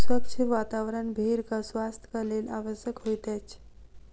स्वच्छ वातावरण भेड़क स्वास्थ्यक लेल आवश्यक होइत अछि